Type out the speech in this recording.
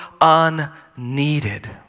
unneeded